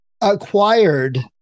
acquired